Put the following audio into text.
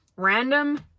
random